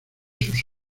sus